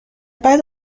بعد